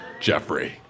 Jeffrey